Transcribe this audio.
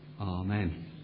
Amen